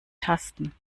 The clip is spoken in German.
tasten